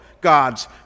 God's